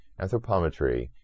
Anthropometry